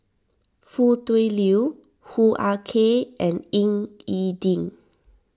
Foo Tui Liew Hoo Ah Kay and Ying E Ding